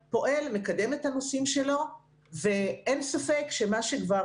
בריאותיות שהם לא ב-100% מצב בריאותי ממילא אז הם אוכלוסייה בסיכון,